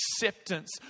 acceptance